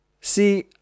See